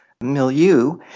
milieu